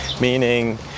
Meaning